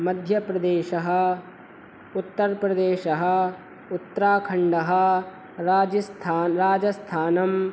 मध्यप्रदेशः उत्तरप्रदेशः उत्राखण्डः राजस्थान् राजस्थानम्